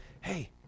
hey